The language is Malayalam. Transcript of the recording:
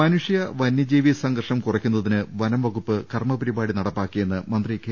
മനുഷ്യ വനൃജീവി സംഘർഷം കുറക്കുന്നതിന് വനംവകുപ്പ് കർമ്മ പരിപാടി നടപ്പാക്കുമെന്ന് മന്ത്രി കെ